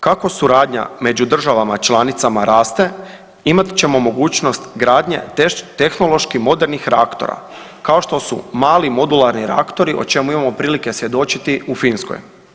Kako suradnja među državama članicama raste imat ćemo mogućnost gradnje tehnološki modernih reaktora kao što su mali modularni reaktori o čemu imamo prilike svjedočiti u Finskoj.